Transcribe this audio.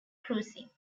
cruising